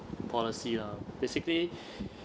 policy ah basically